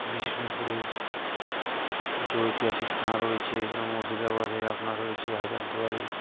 বিষ্ণুপুরের যে ঐতিহাসিক স্থান রয়েছে এছাড়া মুর্শিদাবাদে আপনার রয়েছে হাজারদুয়ারি